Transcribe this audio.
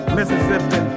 Mississippi